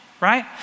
right